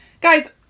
guys